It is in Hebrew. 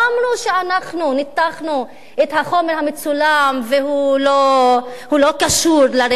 אנחנו ניתחנו את החומר המצולם והוא לא קשור לרצח.